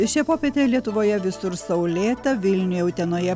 šią popietę lietuvoje visur saulėta vilniuje utenoje